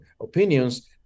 opinions